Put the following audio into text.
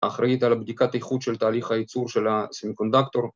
‫האחראית על בדיקת איכות ‫של תהליך הייצור של הסמיקונדקטור.